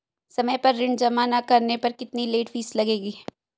समय पर ऋण जमा न करने पर कितनी लेट फीस लगेगी?